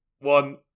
One